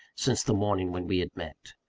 since the morning when we had met.